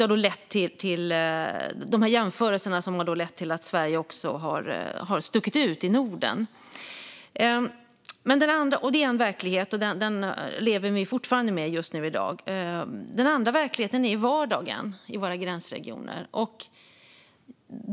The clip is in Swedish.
De här jämförelserna har lett till att Sverige också har stuckit ut i Norden. Det är en verklighet, och den lever vi fortfarande med i dag. Den andra verkligheten är vardagen i våra gränsregioner.